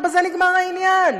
ובזה נגמר העניין.